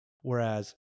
Whereas